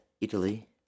Italy